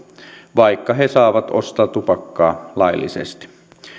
vaikka he saavat ostaa tupakkaa laillisesti